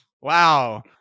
Wow